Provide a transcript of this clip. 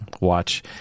Watch